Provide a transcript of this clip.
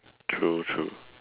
true true